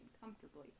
comfortably